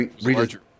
larger